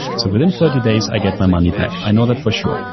so within thirty days i get my money back. i know that for sure.